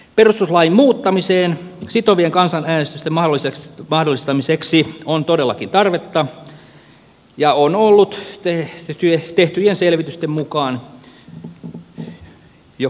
perustuslain muuttamiseen sitovien kansanäänestysten mahdollistamiseksi on todellakin tarvetta ja on ollut tehtyjen selvitysten mukaan jo kymmenen vuotta